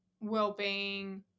well-being